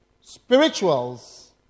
spirituals